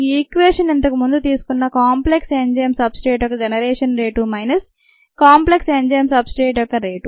ఈ ఈక్వేషన్ ఇంతకు ముందు తీసుకున్న కాంప్లెక్స్ ఎంజైమ్ సబ్స్ట్రేట్ యొక్క generation rate minus complex enzyme substrate యొక్క రేటు